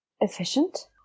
efficient